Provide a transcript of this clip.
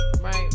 Right